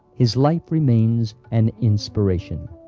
his life remains an inspiration.